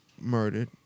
murdered